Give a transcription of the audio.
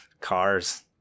Cars